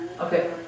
okay